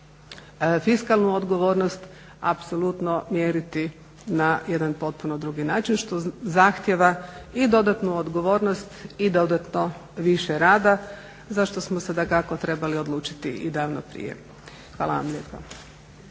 fiskalnu odgovornost, apsolutno mjeriti na jedan potpuno drugi način što zahtijeva i dodatnu odgovornost i dodatno više rada za što smo se dakako trebali odlučiti i davno prije. Hvala vam lijepa.